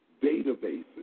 databases